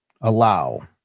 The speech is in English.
allow